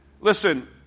Listen